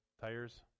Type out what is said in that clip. tires